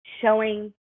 showing